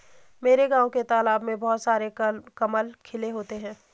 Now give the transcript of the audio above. मेरे गांव के तालाब में बहुत सारे कमल खिले होते हैं